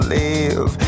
live